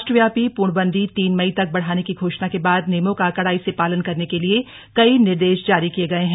राष्ट्रव्यापी पूर्णबंदी तीन मई तक बढ़ान की घोषणा का बाद नियमों का कड़ाई सभ् पालन करन क लिए कई निर्देश जारी किए गए हैं